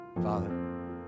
Father